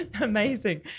amazing